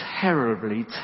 terribly